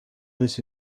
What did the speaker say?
this